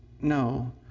No